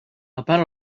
about